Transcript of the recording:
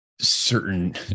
certain